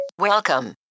Welcome